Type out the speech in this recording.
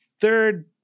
third